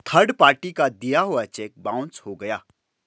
third party का दिया हुआ चेक बाउंस हो गया